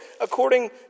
according